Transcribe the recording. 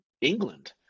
England